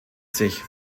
sich